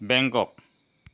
বেংকক